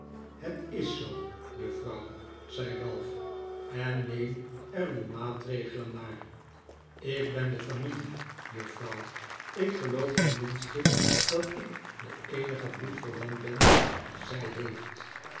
het is zoo juffrouw zei ralph en neem er uw maatregelen naar ik ben de familie juffrouw ik geloof tenminste dat ik de eenige bloedverwant ben dien zij heeft